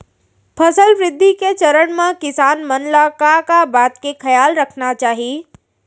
फसल वृद्धि के चरण म किसान मन ला का का बात के खयाल रखना चाही?